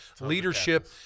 leadership